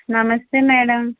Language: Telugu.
నమస్తే మేడం